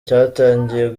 cyatangiye